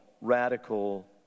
radical